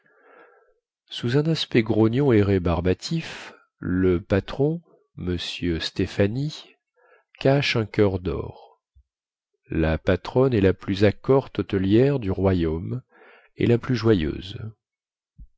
sous un aspect grognon et rébarbatif le patron m stéphany cache un coeur dor la patronne est la plus accorte hôtelière du royaume et la plus joyeuse